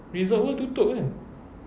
resort world tutup kan